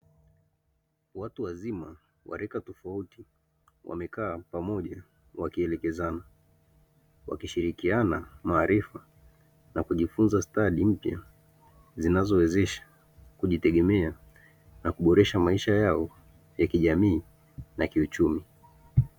Watu wazima wa rika tofauti wamekaa pamoja wakielekezana. Wakishirikiana maarifa na kujifunza stadi mpya zinazowezesha kujitegemea na kuboresha maisha yao kijamii na kiuchumi.